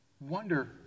wonder